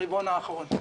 ברבעון האחרון.